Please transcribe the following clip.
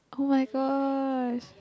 oh-my-gosh